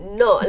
no